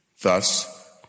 Thus